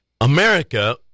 America